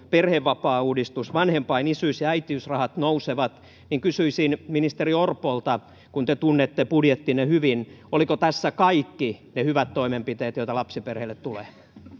perhevapaauudistus vanhempain isyys ja äitiysrahat nousevat kysyisin ministeri orpolta kun te tunnette budjettinne hyvin olivatko tässä kaikki ne hyvät toimenpiteet joita lapsiperheille tulee